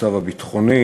המצב הביטחוני